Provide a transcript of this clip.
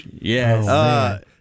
Yes